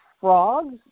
frogs